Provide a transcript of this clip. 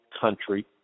country